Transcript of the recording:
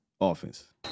offense